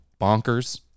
bonkers